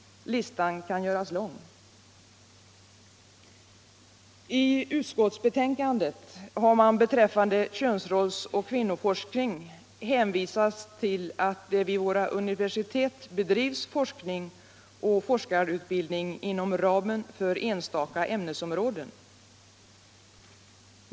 Listan kan göras lång. I utskottsbetänkandet har man beträffande könsrolls och kvinnoforskning hänvisat till att det vid våra universitet bedrivs forskning och forskarutbildning inom ramen för enstaka ämnesområden.